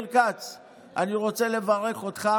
אני רוצה לברך אותך